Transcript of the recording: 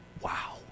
wow